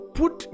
put